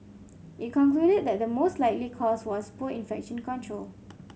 it concluded that the most likely cause was poor infection control